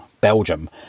Belgium